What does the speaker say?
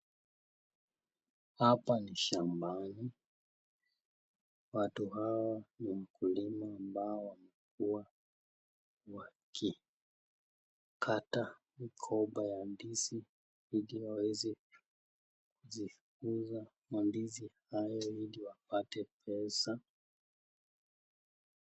Hapa ni shambani, watu hawa ni wakulima ambao wamekuwa wakikata mkoba ya ndizi ili waweze kuziuza mandizi hayo hili wapate pesa.